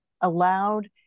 allowed